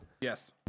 yes